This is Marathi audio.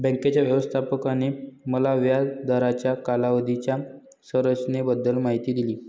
बँकेच्या व्यवस्थापकाने मला व्याज दराच्या कालावधीच्या संरचनेबद्दल माहिती दिली